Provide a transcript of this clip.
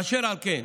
אשר על כן,